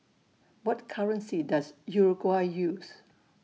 What currency Does Uruguay use